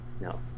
no